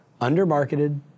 undermarketed